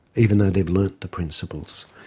even though they have learnt the principles.